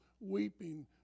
weeping